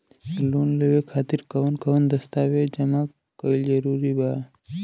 Loan लेवे खातिर कवन कवन दस्तावेज जमा कइल जरूरी बा?